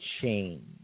change